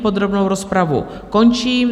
Podrobnou rozpravu končím.